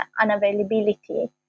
unavailability